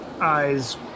eyes